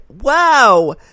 Wow